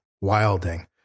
Wilding